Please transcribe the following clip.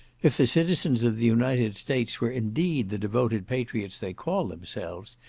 if the citizens of the united states were indeed the devoted patriots they call themselves,